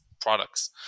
products